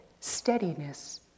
steadiness